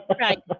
Right